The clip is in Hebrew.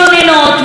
מתלוננות,